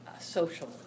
social